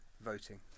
voting